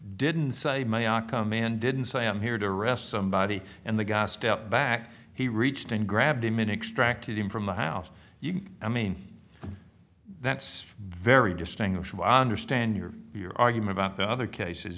didn't say may i come in didn't say i'm here to arrest somebody and the guy stepped back he reached and grabbed him in extracted him from the house i mean that's very distinguishable i understand your your argument about the other cases